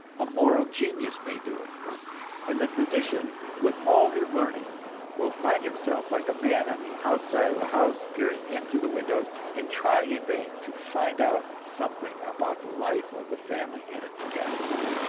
a moral genius may do it and the physician with all his learning will find himself like a man on the outside of a house, peering in through the windows and trying in vain to find out something about the life of the family and its guests.